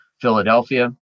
Philadelphia